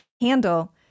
handle